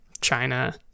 China